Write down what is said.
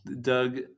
Doug